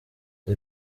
the